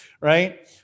right